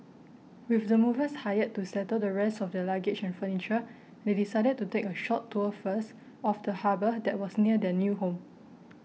with the movers hired to settle the rest of their luggage and furniture they decided to take a short tour first of the harbour that was near their new home